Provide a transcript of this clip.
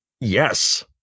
Yes